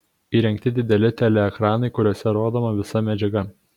įrengti dideli teleekranai kuriuose rodoma visa medžiaga